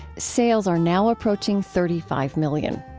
sales are now approaching thirty five million.